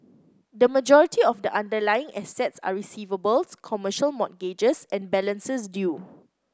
the majority of the underlying assets are receivables commercial mortgages and balances due